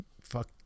fuck